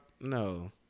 No